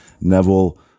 neville